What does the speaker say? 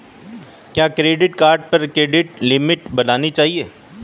क्या credit card पर credit limit बढ़ानी चाहिए?